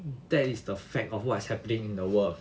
that is the fact of what's happening in the world